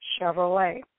Chevrolet